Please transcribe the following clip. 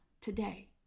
today